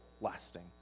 lasting